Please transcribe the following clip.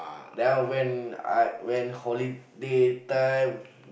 now when I when holiday time